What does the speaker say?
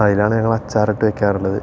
അയിലാണ് ഞങ്ങൾ അച്ചാർ ഇട്ട് വെക്കാറുള്ളത്